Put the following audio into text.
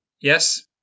Yes